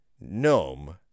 GNOME